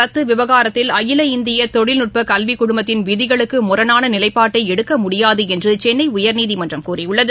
ரத்துவிவகாரத்தில் அகில இந்தியதொழில்நுட்பக் அரியர் தேர்வு கல்விகுழுமத்தின் விதிகளுக்குமுரணானநிலைப்பாட்டைஎடுக்கமுடியாதுஎன்றுசென்னைஉயர்நீதிமன்றம் கூறியுள்ளது